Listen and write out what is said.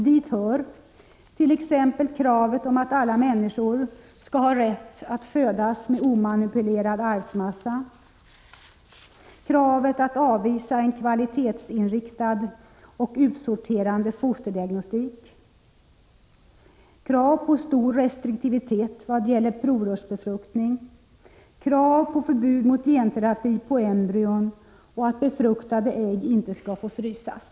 Dit hör t.ex. kravet på att alla människor skall ha rätt att födas med omanipulerad arvsmassa, kravet att avvisa en kvalitetsinriktad och utsorterande fosterdiagnostik, kravet på stor restriktivitet i vad gäller provrörsbefruktning och kravet på förbud mot genterapi på embryon samt på att befruktade ägg inte skall få frysas.